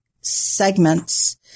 segment's